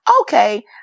okay